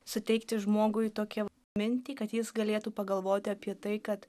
suteikti žmogui tokią mintį kad jis galėtų pagalvoti apie tai kad